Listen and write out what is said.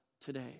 today